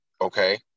okay